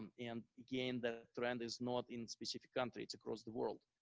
um and again, the trend is not in specific countries across the world.